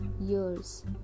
years